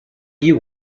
you